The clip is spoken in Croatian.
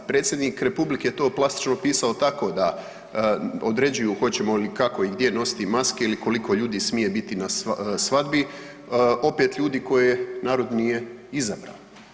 Predsjednik Republike je to plastično opisao tako da određuju hoćemo li i kako i gdje nositi maske ili koliko ljudi smije biti na svadbi, opet ljudi koje narod nije izabrao.